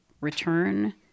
return